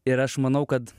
ir aš manau kad